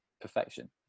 perfection